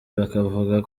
bakavuga